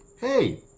hey